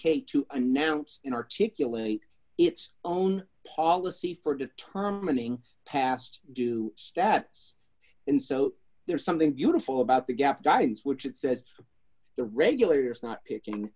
k to announce an articulate its own policy for determining past do stats and so there's something beautiful about the gap guides which it says the regulators not picking